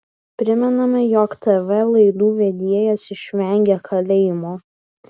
primename jog tv laidų vedėjas išvengė kalėjimo